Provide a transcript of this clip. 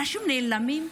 אנשים נעלמים,